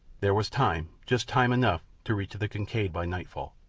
there was time, just time enough, to reach the kincaid by nightfall.